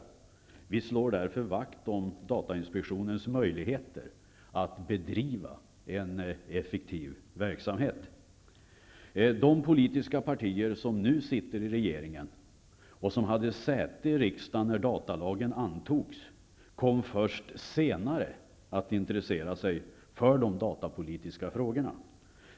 Därför slår vi vakt om datainspektionens möjligheter att bedriva en effektiv verksamhet. De politiska partier som nu sitter i regeringen, och som hade säte i riksdagen när datalagen antogs, kom först senare att intressera sig för de datapolitiska frågorna.